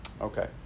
Okay